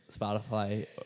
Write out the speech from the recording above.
Spotify